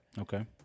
Okay